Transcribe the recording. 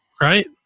Right